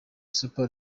super